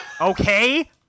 Okay